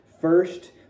first